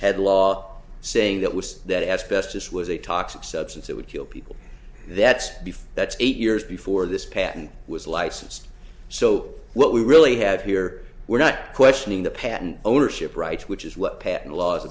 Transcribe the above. had law saying that was that asbestos was a toxic substance that would kill people that's beef that's eight years before this patent was licensed so what we really have here we're not questioning the patent ownership rights which is what patent laws